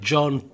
John